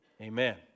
amen